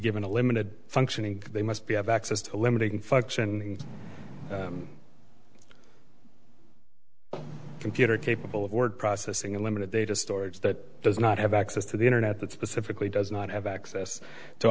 given a limited functioning they must be have access to limiting function computer capable of word processing unlimited data storage that does not have access to the internet that specifically does not have access to